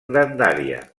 grandària